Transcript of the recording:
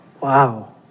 Wow